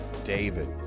David